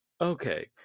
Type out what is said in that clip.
okay